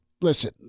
listen